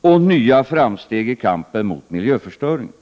och nya framsteg i kampen mot miljöförstöringen.